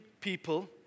people